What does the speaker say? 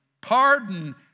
pardon